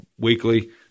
weekly